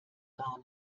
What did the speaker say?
gar